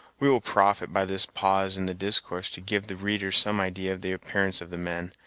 we will profit by this pause in the discourse to give the reader some idea of the appearance of the men,